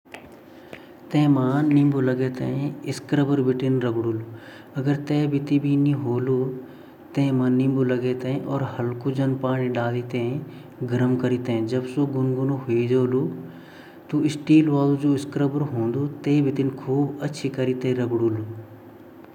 अगर मेसे क्वे कड़े जली खांडो बनाते टाइम ता मी यन करलु की जु वे मेथी-मेथी सब्ज़ी ची वे निकाल दयोल अर जु नि ची अछि वेते रगड़ -रगड़ के भेर निकाल दयालु अर वेमा पानी ड़ाल के वेते गैस मा रख के वेमा थोड़ा सर्फ़ अर नीबू अर वैसे फिर जो लोहो उ वोंदु वैसे जल्दी साफ़ वे जांदू।